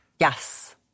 Yes